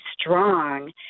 strong